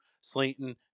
Slayton